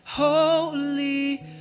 Holy